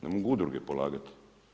Ne mogu udruge polagati.